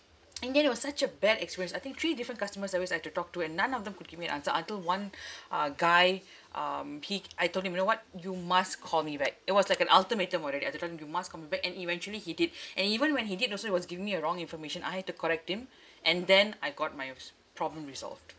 in the end it was such a bad experience I think three different customer service I've to talk to and none of them could give me the answer until one uh guy um he I told him you know what you must call me back it was like an ultimatum already I told him you must call me back and eventually he did and even when he did also he was giving me a wrong information I have to correct him and then I got my problem resolved